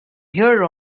here